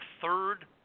third